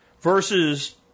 versus